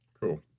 Cool